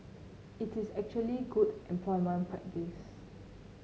it is actually good employment practice